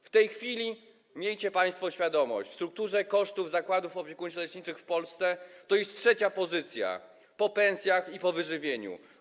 W tej chwili, miejcie państwo świadomość, w strukturze kosztów zakładów opiekuńczo-leczniczych w Polsce to jest trzecia pozycja, po pensjach i po wyżywieniu.